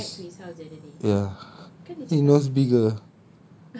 Q place ya his nose bigger